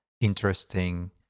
interesting